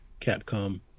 Capcom